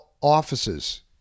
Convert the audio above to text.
offices